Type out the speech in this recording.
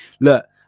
Look